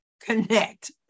connect